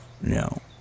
no